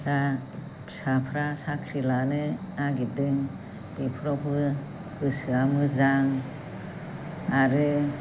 दा फिसाफोरा साख्रि लानो नागिरदों बेफोरावबो गोसोआ मोजां आरो